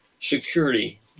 security